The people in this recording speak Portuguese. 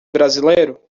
brasileiro